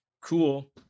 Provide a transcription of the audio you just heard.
cool